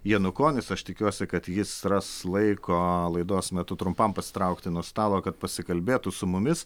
janukonis aš tikiuosi kad jis ras laiko laidos metu trumpam pasitraukti nuo stalo kad pasikalbėtų su mumis